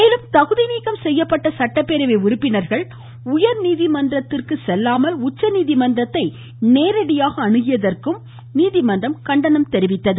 மேலும் தகுதி நீக்கம் செய்யப்பட்ட சட்டப்பேரவை உறுப்பினர்கள் உயர்நீதி மன்றத்திற்கு செல்லாமல் உச்சநீதி மன்றத்தை நேரடியாக அணுகியதற்கு கண்டனம் தெரிவித்துள்ளது